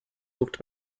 looked